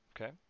Okay